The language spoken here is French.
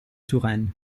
touraine